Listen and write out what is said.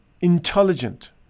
intelligent